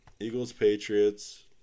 Eagles-Patriots